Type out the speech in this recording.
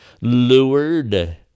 Lured